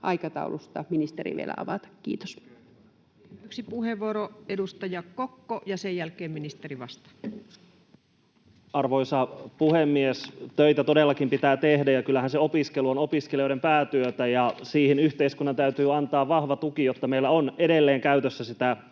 aikataulua ministeri vielä avata? — Kiitos. Vielä yksi puheenvuoro, edustaja Kokko, ja sen jälkeen ministeri vastaa. Arvoisa puhemies! Töitä todellakin pitää tehdä, ja kyllähän se opiskelu on opiskelijoiden päätyötä. Sille yhteiskunnan täytyy antaa vahva tuki, jotta meillä on edelleen käytössä sitä tulevaa